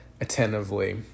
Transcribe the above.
attentively